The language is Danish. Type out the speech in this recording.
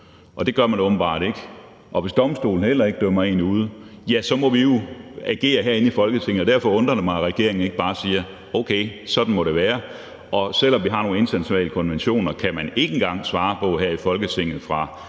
og det gør man åbenbart ikke – og hvis domstolene heller ikke dømmer en ude, ja, så må vi jo agere herinde i Folketinget. Derfor undrer det mig, at regeringen ikke bare siger: Okay, sådan må det være. Selv om vi har nogle internationale konventioner, kan man ikke engang her i Folketinget fra